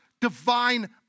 divine